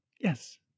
Yes